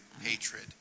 hatred